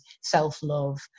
self-love